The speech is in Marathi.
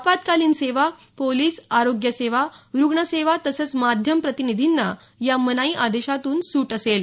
आपत्कालीन सेवा पोलिस आरोग्यसेवा रुग्णसेवा तसंच माध्यम प्रतिनिधींना या मनाई आदेशातून सूट असेल